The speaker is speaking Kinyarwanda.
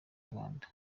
rwanda